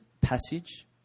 passage